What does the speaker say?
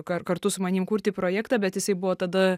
kar kartu su manim kurti projektą bet jisai buvo tada